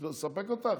זה מספק אותך?